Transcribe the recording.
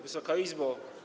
Wysoka Izbo!